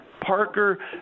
Parker